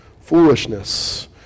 foolishness